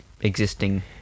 existing